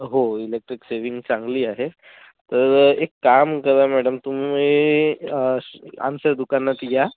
हो electric saving चांगली आहे तर एक काम करा मॅडम तुम्ही आमच्या दुकानात या